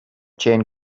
chain